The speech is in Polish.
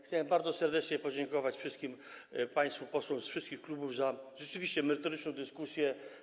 Chciałem bardzo serdecznie podziękować wszystkim państwu posłom z wszystkich klubów za rzeczywiście merytoryczną dyskusję.